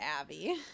Abby